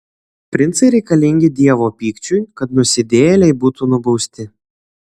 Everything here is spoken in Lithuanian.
princai reikalingi dievo pykčiui kad nusidėjėliai būtų nubausti